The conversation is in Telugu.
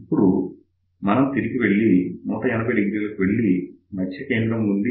ఇప్పుడు మనం తిరిగి వెళ్లి 1800 వెళ్లి మధ్య కేంద్రము నుండి 0